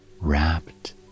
wrapped